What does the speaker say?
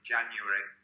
January